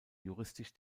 juristisch